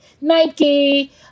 Nike